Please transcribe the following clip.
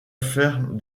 faire